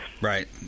Right